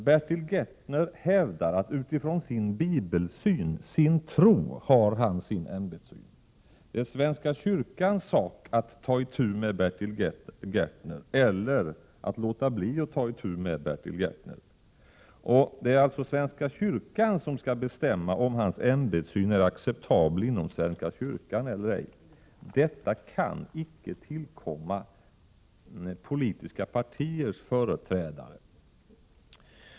Bertil Gärtner hävdar att han har sin ämbetssyn utifrån sin Bibelsyn, sin tro. Det är svenska kyrkans sak att ta itu med Bertil Gärtner eller att låta bli att ta itu med Bertil Gärtner. Det är alltså svenska kyrkan som skall bestämma om hans ämbetssyn är acceptabel inom svenska kyrkan eller ej. Detta kan icke tillkomma politiska partiers företrädare.